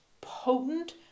potent